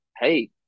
hey